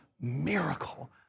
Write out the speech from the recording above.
miracle